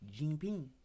Jinping